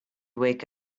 wake